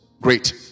Great